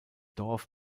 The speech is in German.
dorf